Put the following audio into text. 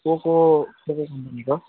poco